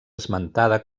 esmentada